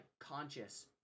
conscious